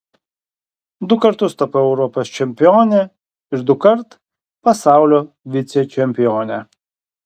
du kartus tapau europos čempione ir dukart pasaulio vicečempione